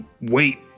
wait